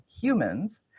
humans